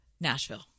Nashville